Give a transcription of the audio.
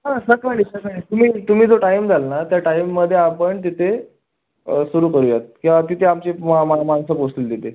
हां सकाळी सकाळीच तुम्ही तुम्ही जो टाईम द्याल ना त्या टाईममध्ये आपण तिथे सुरू करूयात किंवा तिथे आमचे मा मा माणसं पोचतील तिथे